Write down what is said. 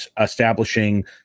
establishing